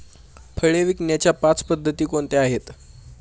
फळे विकण्याच्या पाच पद्धती कोणत्या आहेत?